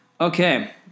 Okay